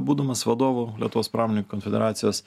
būdamas vadovu lietuvos pramonininkų konfederacijos